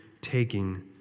taking